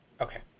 Okay